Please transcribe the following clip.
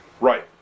Right